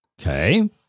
okay